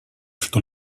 что